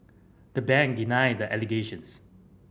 the bank denied the allegations